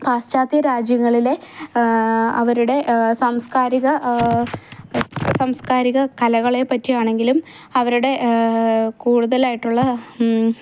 പാശ്ചാത്യ രാജ്യങ്ങളിലെ അവരുടെ സാംസ്കാരിക സാംസ്കാരിക കലകളെ പറ്റിയാണെങ്കിലും അവരുടെ കൂടുതലായിട്ടുള്ള